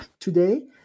Today